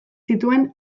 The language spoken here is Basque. zituen